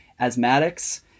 asthmatics